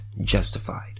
justified